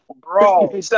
Bro